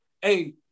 hey